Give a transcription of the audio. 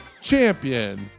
champion